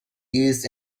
used